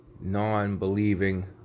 non-believing